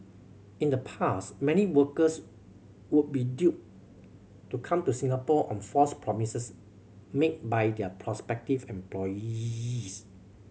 in the past many workers would be duped to come to Singapore on false promises made by their prospective employees